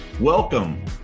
Welcome